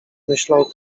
myślał